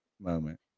moment